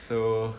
so